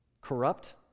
corrupt